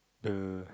uh